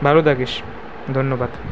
ভালো থাকিস ধন্যবাদ